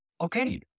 okay